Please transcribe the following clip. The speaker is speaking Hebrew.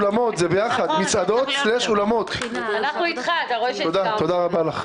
תודה רבה לך.